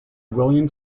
william